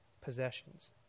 possessions